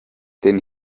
denn